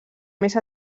més